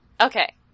Okay